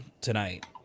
tonight